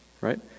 right